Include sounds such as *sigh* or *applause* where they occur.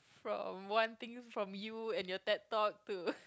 from one thing from you and your Ted Talk to *laughs*